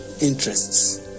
interests